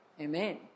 Amen